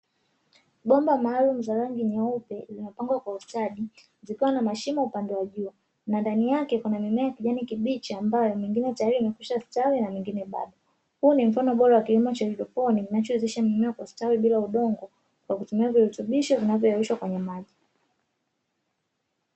Bomba maalumu za rangi nyeupe zimepangwa kwa ustadi zikiwa na mashimo upande wa juu, na ndani yake kuna mimea ya kijani kibichi ambayo myengine tayari imekwisha stawi na myengine bado, huu ni mfano bora wa kilimo cha haidroponi kinachowezesha mimea kustawi bila udongo kwa kutumia virutubisho vinavyo yeyushwa kwenye maji.